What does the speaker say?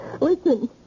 Listen